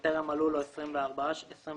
וטרם מלאו לו 24 שנים.